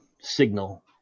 signal